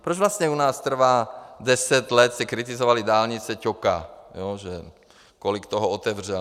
Proč vlastně u nás trvá deset let, jste kritizovali dálnice Ťoka, že kolik toho otevřel.